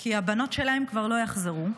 כי הבנות שלהם, כבר לא יחזרו.